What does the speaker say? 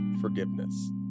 forgiveness